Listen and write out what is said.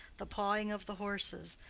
the pawing of the horses,